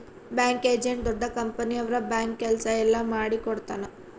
bank agent ದೊಡ್ಡ company ಅವ್ರ bank ಕೆಲ್ಸ ಎಲ್ಲ ಮಾಡಿಕೊಡ್ತನ